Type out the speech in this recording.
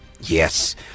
Yes